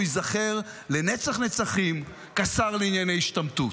הוא ייזכר לנצח נצחים כשר לענייני השתמטות.